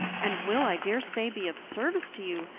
and will, i dare say, be of service to you,